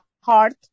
heart